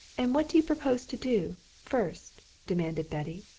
and what do you propose to do first? demanded betty.